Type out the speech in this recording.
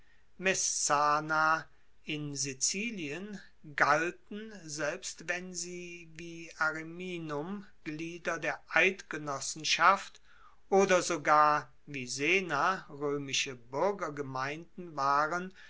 in sizilien galten selbst wenn sie wie ariminum glieder der eidgenossenschaft oder sogar wie sena roemische buergergemeinden waren